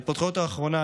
ההתפתחות האחרונה,